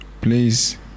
please